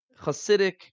Hasidic